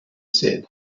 said